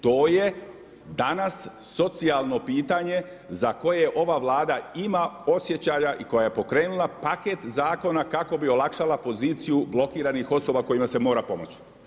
To je danas socijalno pitanje za koje ova Vlada ima osjećaja i koja je pokrenula paket zakona kako bi olakšala poziciju blokiranih osoba kojima se mora pomoći.